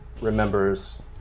remembers